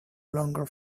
longer